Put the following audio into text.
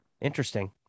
interesting